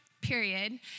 period